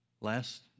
Last